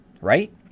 right